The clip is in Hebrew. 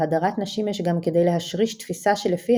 בהדרת נשים יש גם כדי להשריש תפישה שלפיה